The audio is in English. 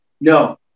No